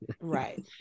right